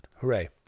hooray